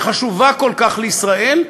שחשובה כל כך לישראל,